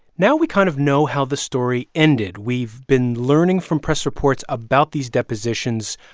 now we kind of know how the story ended. we've been learning from press reports about these depositions,